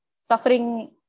suffering